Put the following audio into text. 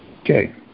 Okay